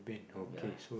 ya